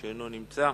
שאינו נמצא.